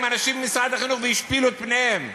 אנשים ממשרד החינוך והם השפילו את פניהם.